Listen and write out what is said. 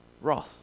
wrath